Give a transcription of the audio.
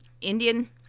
Indian